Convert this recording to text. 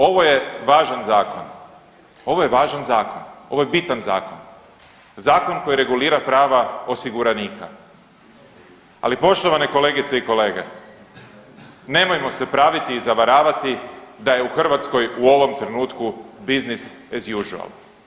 Ovo je važan zakon, ovo je važan zakon, ovo je bitan zakon, zakon koji regulira prava osiguranika, ali poštovane kolegice i kolege, nemojmo se praviti i zavaravati da je u Hrvatskoj u ovom trenutku business as usual.